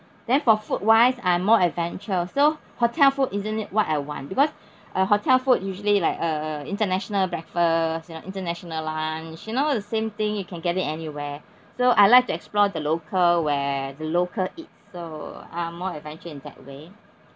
then for food wise I'm more adventure so hotel food isn't what I want because uh hotel food usually like uh international breakfast you know international lunch you know the same thing you can get it anywhere so I like to explore the local where the local eats so I'm more adventure in that way